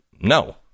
no